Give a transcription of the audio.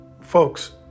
Folks